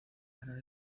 ganar